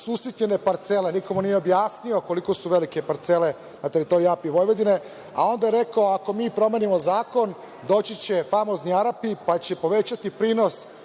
usitnjene parcele. Niko mu nije objasnio koliko su velike parcele na teritoriji AP Vojvodine, a onda je rekao – ako mi promenimo zakon, doći će famozni Arapi pa će povećati prinos